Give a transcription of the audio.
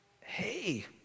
Hey